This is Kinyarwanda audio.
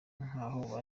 nkaho